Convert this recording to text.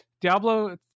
Diablo